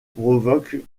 provoquent